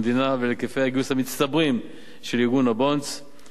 המדינה ולהיקפי הגיוס המצטברים של ארגון "הבונדס".